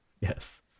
Yes